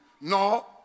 No